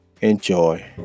enjoy